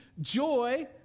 joy